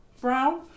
brown